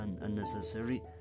unnecessary